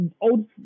old